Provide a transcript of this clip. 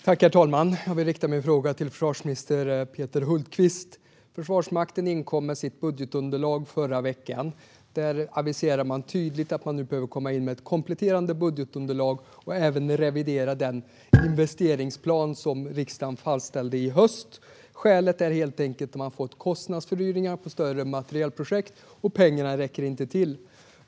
Herr talman! Jag vill rikta min fråga till försvarsminister Peter Hultqvist. Försvarsmakten inkom med sitt budgetunderlag förra veckan. Där aviserade man tydligt att man nu behöver komma in med ett kompletterande budgetunderlag och även revidera den investeringsplan som riksdagen fastställde i höstas. Skälet är helt enkelt att man har fått kostnadsfördyringar i större materielprojekt, och pengarna räcker inte till.